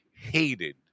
hated